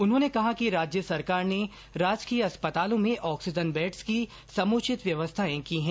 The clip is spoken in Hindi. उन्होंने कहा कि राज्य सरकार ने राजकीय अस्पतालों में ऑक्सीजन बैड्स की समुचित व्यवस्थाए की हैं